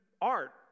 art